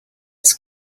its